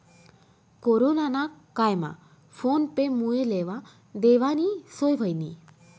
corona ना कायमा phone पे मुये लेवा देवानी सोय व्हयनी